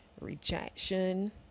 rejection